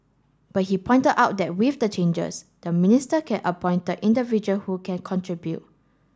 but he pointed out that with the changes the minister can appointed individual who can contribute